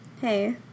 hey